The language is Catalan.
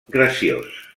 graciós